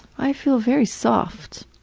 i feel very soft.